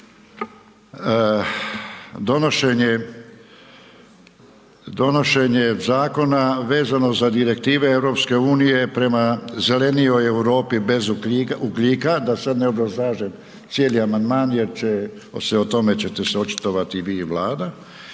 na donošenje zakona vezano za Direktive EU prema zelenijoj Europi bez ugljika, da sad ne obrazlažem cijeli amandman jer će, o tome ćete se očitovati i vi i Vlada.